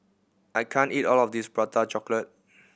I can't eat all of this Prata Chocolate